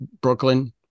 Brooklyn